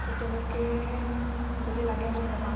তো তেনেকৈ যদি লাগে মোক ক'বা